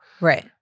Right